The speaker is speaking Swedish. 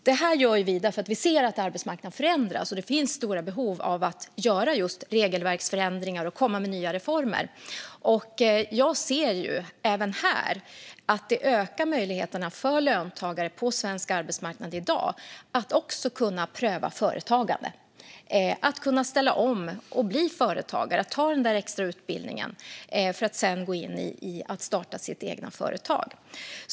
Detta gör vi för att vi ser att arbetsmarknaden förändras. Det finns stora behov av att göra regelverksförändringar och att komma med nya reformer. Jag ser även att det ökar möjligheterna för löntagare på svensk arbetsmarknad i dag att kunna pröva företagande. Man ska kunna ställa om och bli företagare eller gå en extra utbildning för att sedan starta ett eget företag.